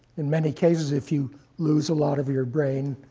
in many cases, if you lose a lot of your brain,